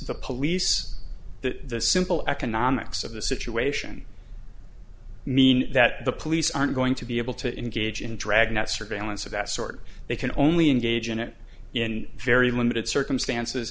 the police that the simple economics of the situation mean that the police aren't going to be able to engage in dragnet surveillance of that sort they can only engage in it in very limited circumstances